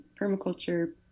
permaculture